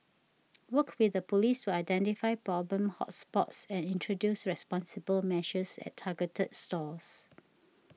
work with the Police to identify problem hot spots and introduce responsible measures at targeted stores